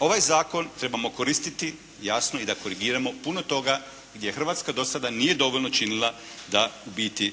ovaj zakon trebamo koristiti, jasno i da korigiramo puno toga gdje Hrvatska do sada nije dovoljno činila da ubiti